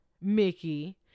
Mickey